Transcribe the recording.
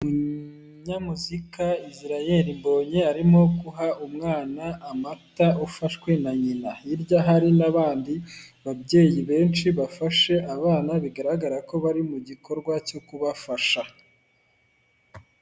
Umunyamuzika Israel Mbonyi arimo guha umwana amata ufashwe na nyina, hirya hari n'abandi babyeyi benshi bafashe abana bigaragara ko bari mu gikorwa cyo kubafasha.